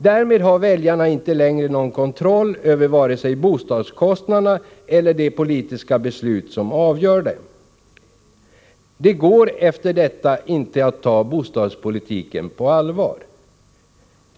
Därmed har väljarna inte längre någon kontroll över vare sig bostadskostnaderna eller de politiska beslut som avgör dem. Det går efter detta inte att ta bostadspolitiken på allvar.